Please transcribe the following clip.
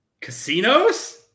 Casinos